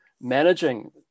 managing